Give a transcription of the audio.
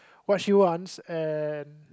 what she wants and